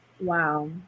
Wow